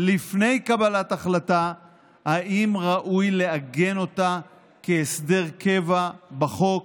לפני קבלת החלטה אם ראוי לעגן אותה כהסדר קבע בחוק,